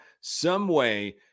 someway